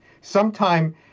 Sometime